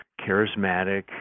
charismatic